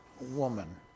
woman